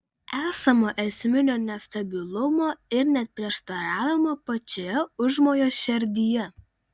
esama esminio nestabilumo ir net prieštaravimo pačioje užmojo šerdyje